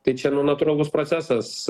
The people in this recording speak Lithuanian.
tai čia natūralus procesas